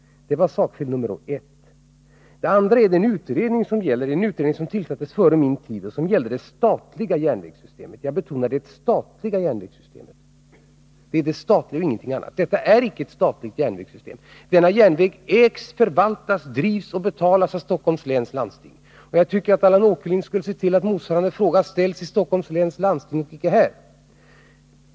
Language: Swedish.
Det var sakfel nummer ett. Det andra avser den utredning som det gäller, en utredning som tillsattes före min tid och som avser det statliga järnvägssystemet — jag betonar det statliga järnvägssystemet. Detta är icke ett statligt järnvägssystem. Denna järnväg ägs, förvaltas, drivs och betalas av Stockholms läns landsting. Jag tycker att Allan Åkerlind skulle se till att motsvarande fråga ställs i Stockholms läns landsting och icke här.